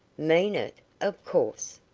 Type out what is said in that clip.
mean it? of course.